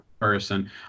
person